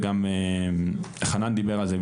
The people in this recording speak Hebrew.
גם חנן דיבר על זה,